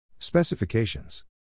specifications